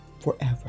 forever